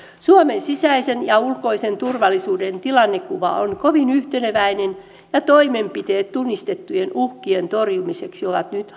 suomen sisäisen ja ulkoisen turvallisuuden tilannekuva on kovin yhteneväinen ja toimenpiteet tunnistettujen uhkien torjumiseksi ovat nyt